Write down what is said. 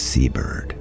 Seabird